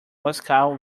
moscow